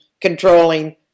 controlling